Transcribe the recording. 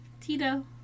Tito